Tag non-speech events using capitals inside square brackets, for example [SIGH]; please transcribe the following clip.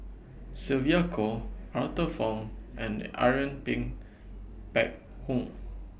Sylvia Kho Arthur Fong and Irene [UNINTELLIGIBLE] Phek Hoong